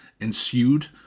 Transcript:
ensued